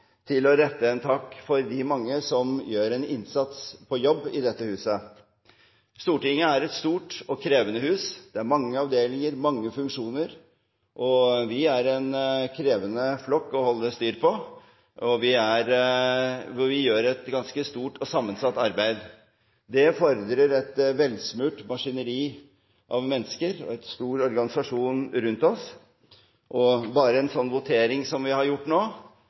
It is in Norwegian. til å rette en takk til de mange som gjør en innsats på jobb i dette huset. Stortinget er et stort og krevende hus, det er mange avdelinger, mange funksjoner. Vi er en krevende flokk å holde styr på, og vi gjør et ganske stort og sammensatt arbeid. Det fordrer et velsmurt maskineri av mennesker og en stor organisasjon rundt oss, og bare en slik votering som vi har hatt nå,